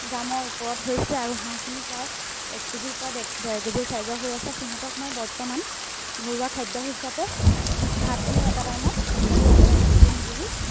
গ্ৰামৰ ওপৰত হৈছে আৰু হাঁহখিনি প্ৰায় এক কেজিৰ পৰা ডেৰ কেজিৰ চাইজৰ হৈ আছে সিহঁতক মই বৰ্তমান ঘৰুৱা খাদ্য হিচাপে ভাত দিওঁ এটা টাইমত আৰু এটা টাইমত তুঁহ গুড়ি